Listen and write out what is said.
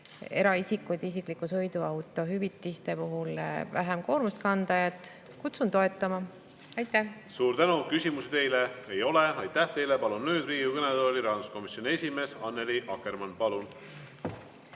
eraisikutel isikliku sõiduauto hüvitiste puhul vähem koormust kanda. Kutsun toetama. Aitäh! Suur tänu! Küsimusi teile ei ole. Aitäh teile! Palun nüüd Riigikogu kõnetooli rahanduskomisjoni esimehe Annely Akkermanni. Palun!